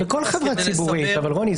רוני,